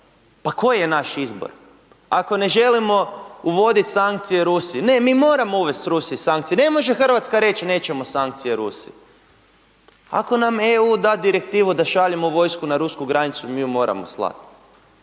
pa koji je naš izbor. Ako ne želimo uvoditi sankcije Rusiji, ne mi moramo uvesti Rusiji sankcije. Ne može Hrvatska reći nećemo sankcije Rusiji. Ako nam EU da direktivu da šaljemo vojsku na rusku granicu mi ju moramo slati.